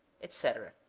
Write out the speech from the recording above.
etc.